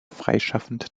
freischaffend